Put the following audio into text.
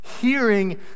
hearing